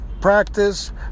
practice